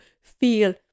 feel